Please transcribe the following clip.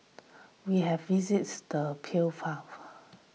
we have visited